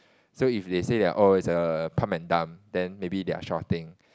so if they say they're oh it's a pump and dump then maybe they are shorting